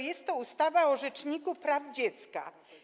Jest to ustawa o rzeczniku praw dziecka.